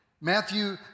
Matthew